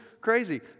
crazy